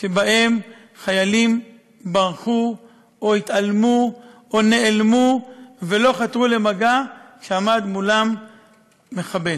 שבהם חיילים ברחו או התעלמו או נעלמו ולא חתרו למגע כשעמד מולם מחבל.